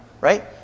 right